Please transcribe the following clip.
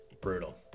brutal